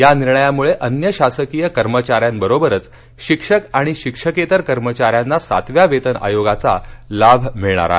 या निर्णयामुळे अन्य शासकीय कर्मचाऱ्यांबरोबरच शिक्षक आणि शिक्षकेतर कर्मचाऱ्यांना सातव्या वेतन आयोगाचा लाभ मिळणार आहे